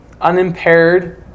unimpaired